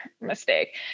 mistake